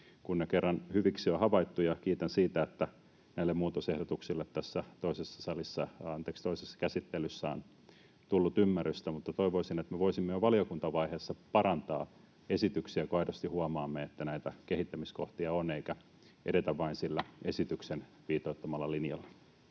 kun ne kerran hyviksi on havaittu. Ja kiitän siitä, että näille muutosehdotuksille tässä toisessa käsittelyssä on tullut ymmärrystä, mutta toivoisin, että voisimme jo valiokuntavaiheessa parantaa esityksiä, kun aidosti huomaamme, että näitä kehittämiskohtia on, eikä vain edettäisi sillä esityksen viitoittamalla linjalla.